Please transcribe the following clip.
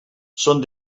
són